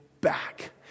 back